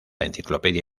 enciclopedia